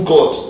God